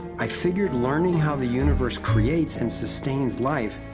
i figured learning how the universe creates and sustains life,